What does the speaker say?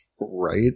Right